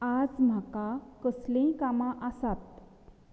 आज म्हाका कसलींय कामां आसात